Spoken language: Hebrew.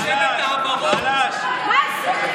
מה זה?